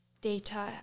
data